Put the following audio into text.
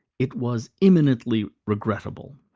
it was immanently regrettable.